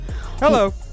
Hello